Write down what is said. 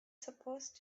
supposed